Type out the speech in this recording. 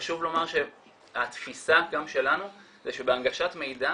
חשוב לומר שהתפיסה שלנו זה שבהנגשת מידע